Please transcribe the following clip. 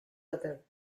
other